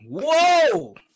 Whoa